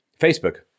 Facebook